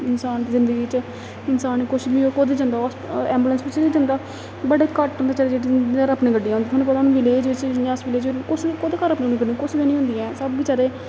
इंसान दी जिंदगी च इंसान कुछ बी हो कुदै जंदा ऐंबुलेंस बिच गै जंदा बड़े घट्ट होंदेयां गड्डियां होंद थुआनूं पता विलेज बिच जियां हास्पिटल च कोह्दे घर गड्डियां कुसै गै निं होंदियां सब बेचारे